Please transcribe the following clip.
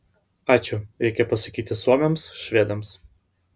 ačiū reikia pasakyti suomiams švedams